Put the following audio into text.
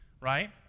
right